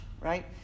right